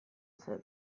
zen